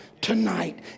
tonight